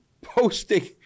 posting